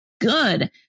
good